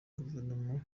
guverinoma